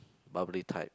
bubbly type